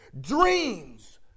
Dreams